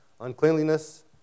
Uncleanliness